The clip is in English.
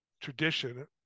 tradition